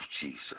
Jesus